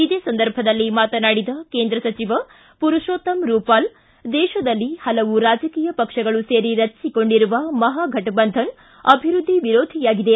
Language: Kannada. ಇದೇ ಸಂದರ್ಭದಲ್ಲಿ ಮಾತನಾಡಿದ ಕೇಂದ್ರ ಸಚಿವ ಪುರುಷೋತ್ತಮ ರೂಪಾಲ್ ದೇಶದಲ್ಲಿ ಹಲವು ರಾಜಕೀಯ ಪಕ್ಷಗಳು ಸೇರಿ ರಚಿಸಿಕೊಂಡಿರುವ ಮಹಾಘಟಬಂಧನ್ ಅಭಿವೃದ್ಧಿ ವಿರೋಧಿಯಾಗಿದೆ